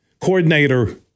coordinator